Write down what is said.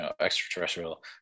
extraterrestrial